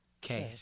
Cash